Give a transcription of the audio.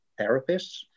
therapists